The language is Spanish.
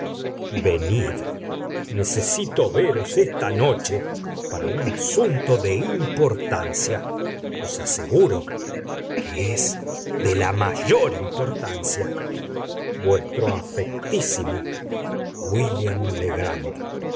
venid necesito veros esta noche para un asunto de importancia os aseguro que es de la mayor importancia vuestro afectísimo wílliam legrand